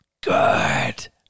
good